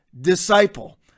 disciple